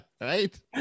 right